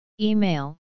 email